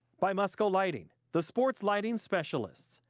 by musco lighting, the sports lighting specialist,